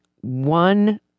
one